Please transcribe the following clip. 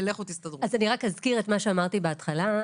ולכו תסתדרו.